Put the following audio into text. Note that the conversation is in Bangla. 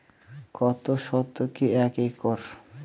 কত শতকে এক একর?